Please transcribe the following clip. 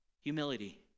Humility